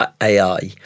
AI